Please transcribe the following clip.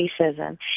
racism